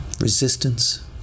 resistance